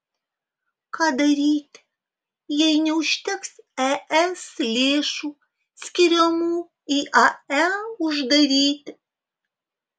ką daryti jei neužteks es lėšų skiriamų iae uždaryti